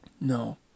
no